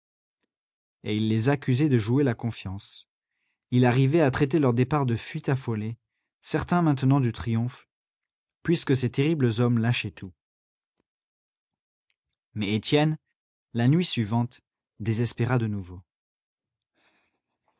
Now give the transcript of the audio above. et il les accusait de jouer la confiance il arrivait à traiter leur départ de fuite affolée certain maintenant du triomphe puisque ces terribles hommes lâchaient tout mais étienne la nuit suivante désespéra de nouveau